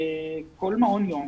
כל מעון יום,